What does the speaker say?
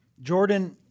Jordan